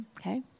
okay